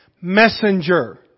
messenger